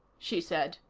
she said.